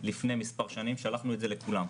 לפני מספר שנים שלחנו את זה לכולם,